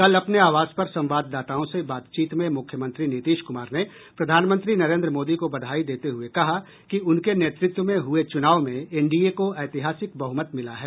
कल अपने आवास पर संवाददाताओं से बातचीत में मुख्यमंत्री नीतीश कुमार ने प्रधानमंत्री नरेंद्र मोदी को बधाई देते हुए कहा कि उनके नेतृत्व में हुए चुनाव में एनडीए को ऐतिहासिक बहुमत मिला है